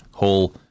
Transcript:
whole